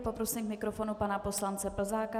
Poprosím k mikrofonu pana poslance Plzáka.